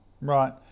Right